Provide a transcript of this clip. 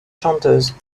chanteuse